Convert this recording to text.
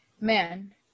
man